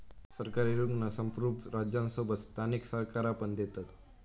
सरकारी ऋण संप्रुभ राज्यांसोबत स्थानिक सरकारा पण देतत